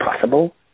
possible